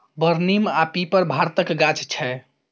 बर, नीम आ पीपर भारतक गाछ छै